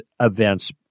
events